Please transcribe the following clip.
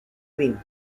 queen